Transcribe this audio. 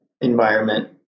environment